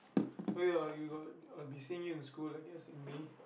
oh ya you got I'll be seeing you in school I guess in May